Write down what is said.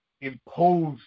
imposed